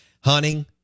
hunting